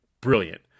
brilliant